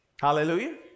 Hallelujah